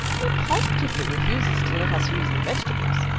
and he positively refuses to let us use the vegetables.